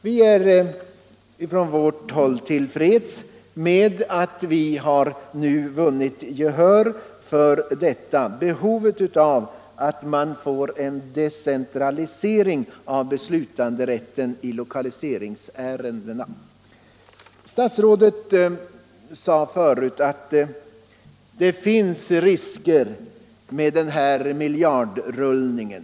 Vi är från vårt håll till freds med att vi nu har vunnit gehör för behovet av decentralisering av beslutanderätten i lokaliseringsärendena. Statsrådet sade förut att det finns risker med den här miljardrullningen.